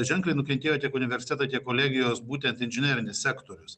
ženkliai nukentėjo tiek universitetai tiek kolegijos būtent inžinerinis sektorius